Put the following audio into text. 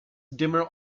dimmer